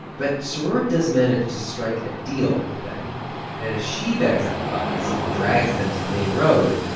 but sroor does manage to strike a deal with them that if she bags up the bodies and drags them to the main road,